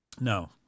No